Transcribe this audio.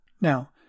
Now